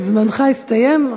זמנך הסתיים.